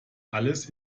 alles